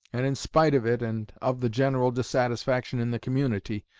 and in spite of it and of the general dissatisfaction in the community,